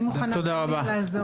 תודה רבה.